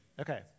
Okay